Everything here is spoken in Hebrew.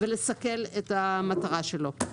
ולסכל את המטרה שלו.